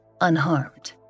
unharmed